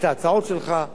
את ההצעות שלך,